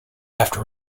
after